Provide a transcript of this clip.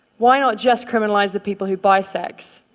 why not just criminalize the people who buy sex?